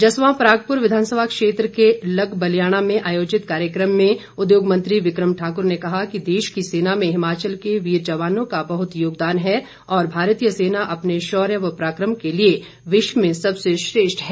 जसवां परागपुर विधानसभा क्षेत्र के लगबलियाणा में आयोजित कार्यक्रम में उद्योग मंत्री विक्रम ठाकुर ने कहा कि देश की सेना में हिमाचल के वीर जवानों का बहुत योगदान है और भारतीय सेना अपने शौर्य व पराक्रम के लिए विश्व में सबसे श्रेष्ठ हैं